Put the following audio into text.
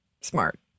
Smart